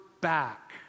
back